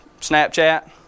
Snapchat